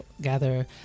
gather